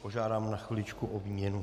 Požádám na chviličku o výměnu.